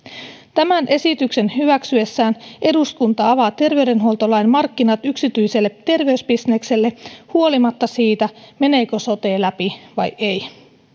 tämän esityksen hyväksyessään eduskunta avaa terveydenhuoltolain markkinat yksityiselle terveysbisnekselle huolimatta siitä meneekö sote läpi vai ei